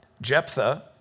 Jephthah